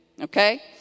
Okay